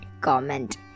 comment